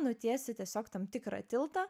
nutiesti tiesiog tam tikrą tiltą